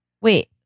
Wait